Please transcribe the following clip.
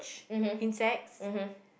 mmhmm mmhmm